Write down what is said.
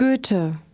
Goethe